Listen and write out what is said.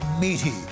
meaty